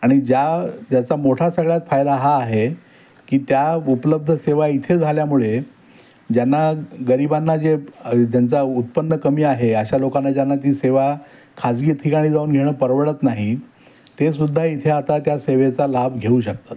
आणि ज्या ज्याचा मोठा सगळ्यात फायदा हा आहे की त्या उपलब्ध सेवा इथे झाल्यामुळे ज्यांना गरिबांना जे ज्यांचा उत्पन्न कमी आहे अशा लोकांना ज्यांना ती सेवा खाजगी ठिकाणी जाऊन घेणं परवडत नाही ते सुद्धा इथे आता त्या सेवेचा लाभ घेऊ शकतात